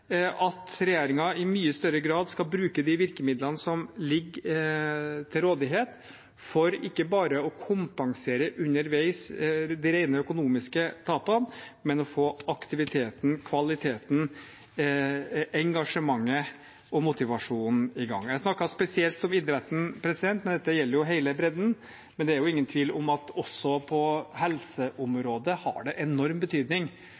at regjeringen i mye større grad skal bruke de virkemidlene som ligger til rådighet for ikke bare å kompensere de rene økonomiske tapene underveis, men å få aktiviteten, kvaliteten, engasjementet og motivasjonen i gang. Jeg snakket spesielt om idretten, men dette gjelder hele bredden, og det er ingen tvil om at også på helseområdet har det enorm betydning